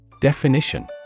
Definition